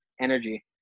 energy